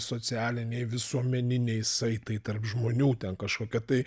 socialiniai visuomeniniai saitai tarp žmonių ten kažkokie tai